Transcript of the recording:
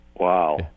Wow